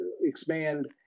expand